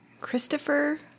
Christopher